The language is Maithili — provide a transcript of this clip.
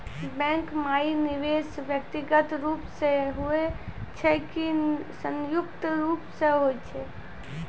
बैंक माई निवेश व्यक्तिगत रूप से हुए छै की संयुक्त रूप से होय छै?